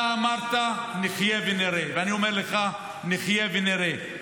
אתה אמרת: נחיה ונראה, ואני אומר לך: נחיה ונראה,